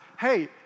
Hey